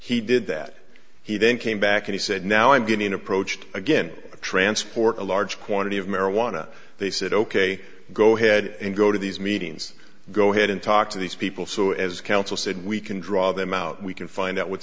he did that he then came back and he said now i'm getting approached again to transport a large quantity of marijuana they said ok go ahead and go to these meetings go ahead and talk to these people so as counsel said we can draw them out we can find out what's